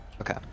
Okay